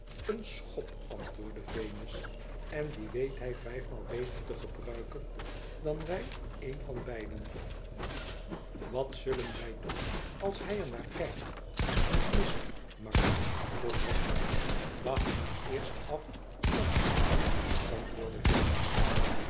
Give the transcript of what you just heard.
ëen schop antwoordde venus len dien weet hij vijfmaal beter te gebruiken dan wij een van beiden wat zullen wij doen als hij er naar kijkt en het mist makker vroeg wegg wacht maar eerst af of hij dat doet antwoordde venus